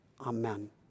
Amen